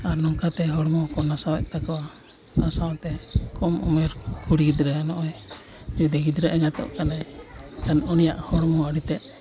ᱟᱨ ᱱᱚᱝᱠᱟᱛᱮ ᱦᱚᱲᱢᱚ ᱠᱚ ᱱᱟᱥᱟᱣ ᱮᱫ ᱛᱟᱠᱚᱣᱟ ᱟᱨ ᱥᱟᱶᱛᱮ ᱠᱚᱢ ᱩᱢᱮᱹᱨ ᱠᱩᱲᱤ ᱜᱤᱫᱽᱨᱟᱹ ᱱᱚᱜᱼᱚᱸᱭ ᱡᱩᱫᱤ ᱜᱤᱫᱽᱨᱟᱹ ᱮᱸᱜᱟᱛᱚᱜ ᱠᱟᱱᱟᱭ ᱢᱮᱱᱠᱷᱟᱱ ᱩᱱᱤᱭᱟᱜ ᱦᱚᱲᱢᱚ ᱟᱹᱰᱤ ᱛᱮᱫ